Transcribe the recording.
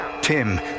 Tim